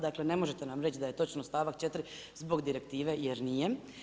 Dakle ne možete nam reći da je točno stavak 4. zbog direktive jer nije.